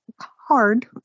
hard